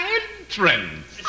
entrance